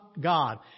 God